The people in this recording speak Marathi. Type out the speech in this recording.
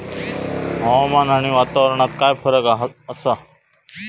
हवामान आणि वातावरणात काय फरक असा?